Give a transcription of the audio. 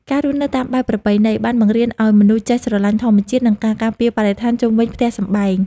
ការរស់នៅតាមបែបប្រពៃណី បានបង្រៀនឱ្យមនុស្សចេះស្រឡាញ់ធម្មជាតិ និងការការពារបរិស្ថានជុំវិញផ្ទះសម្បែង។